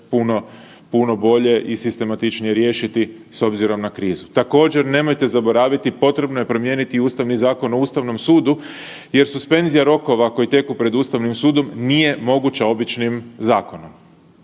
puno bolje i sistematičnije riješiti s obzirom na krizu. Također nemojte zaboraviti potrebno je promijeniti Ustavni zakon o Ustavnom sudu jer suspenzija rokova koje teku pred Ustavnim sudom nije moguća običnim zakonom,